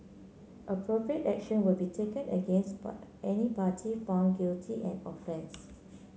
appropriate action will be taken against any party found guilty and offence